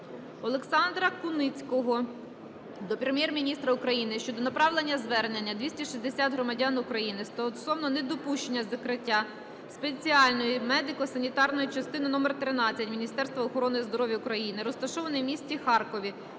Олександра Куницького до Прем'єр-міністра України щодо направлення звернення 260 громадян України, стосовно недопущення закриття спеціальної медико-санітарної частини №13 Міністерства охорони здоров'я України, розташованої в місті Харкові,